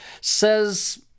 says